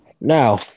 Now